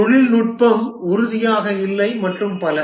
தொழில்நுட்பம் உறுதியாக இல்லை மற்றும் பல